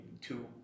two